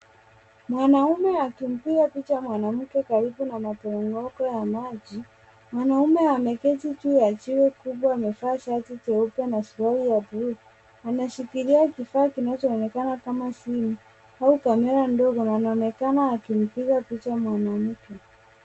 Mwanaume akimpiga picha mwanamke karibu na maporomoko ya maji. Mwanamke ameketi juu ya jiwe kubwa amevaa shati jeupe na suruali ya bluu. Anashikilia kifaa kinachoonekana kama simu au kamera ndogo na anaonekana akimpiga picha mwanamke.